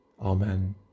Amen